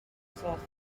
ffordd